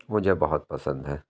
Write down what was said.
مجھے بہت پسند ہے